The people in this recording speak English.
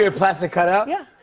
ah plastic cutout? yeah.